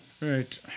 Right